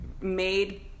made